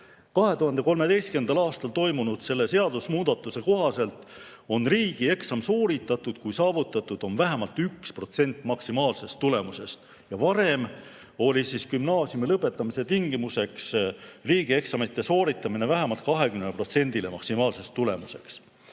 2013. aastal tehtud seadusemuudatuse kohaselt on riigieksam sooritatud, kui saavutatud on vähemalt 1% maksimaalsest tulemusest. Varem oli gümnaasiumi lõpetamise tingimuseks riigieksamite sooritamine vähemalt 20%‑ga maksimaalsest tulemusest.